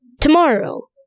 tomorrow